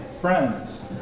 friends